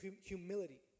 humility